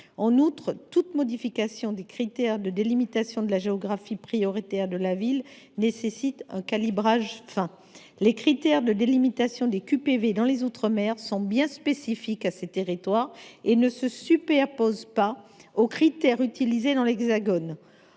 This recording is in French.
En outre, toute modification des critères de délimitation de la géographie prioritaire de la ville nécessite un calibrage fin. Les critères de délimitation des QPV dans les outre mer sont spécifiques à ces territoires et ne se superposent pas à ceux qui sont utilisés dans l’Hexagone.